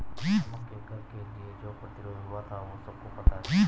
नमक के कर के लिए जो प्रतिरोध हुआ था वो सबको पता है